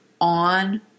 on